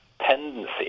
tendency